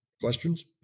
questions